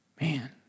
Man